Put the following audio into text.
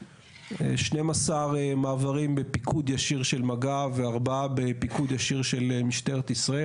12 מעברים בפיקוד ישיר של מג"ב ו-4 בפיקוד ישיר של משטרת ישראל,